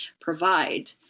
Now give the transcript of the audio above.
provide